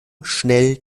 schnell